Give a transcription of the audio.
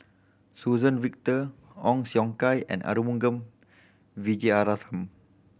Suzann Victor Ong Siong Kai and Arumugam Vijiaratnam